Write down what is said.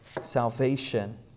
salvation